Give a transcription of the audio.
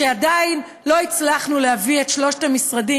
שעדיין לא הצלחנו להביא את שלושת המשרדים